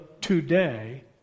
today